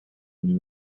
new